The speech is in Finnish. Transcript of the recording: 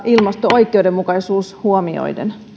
ilmasto oikeudenmukaisuus huomioiden